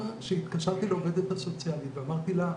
שהתקשרתי לעובדת הסוציאלית ואמרתי לה,